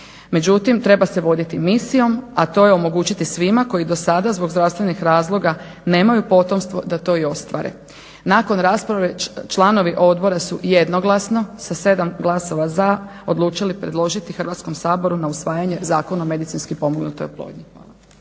Međutim, treba se voditi misijom, a to je omogućiti svima koji do sada, zbog zdravstvenih razloga nemaju potomstvo da to i ostvare. Nakon rasprave članovi odbora su jednoglasno sa 7 glasova za odlučili predložiti Hrvatskom saboru na usvajanje Zakon o medicinski pomognutoj oplodnji.